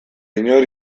inor